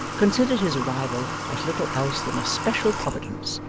considered his arrival as little else than a special providence,